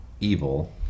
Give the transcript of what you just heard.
evil